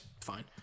fine